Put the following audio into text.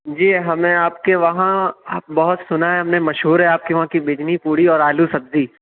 جی ہمیں آپ کے وہاں بہت سُنا ہے ہم نے مشہور ہے آپ کے وہاں کی ویجنی پوڑی اور آلو سبزی